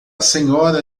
senhora